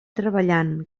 treballant